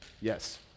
Yes